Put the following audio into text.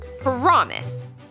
Promise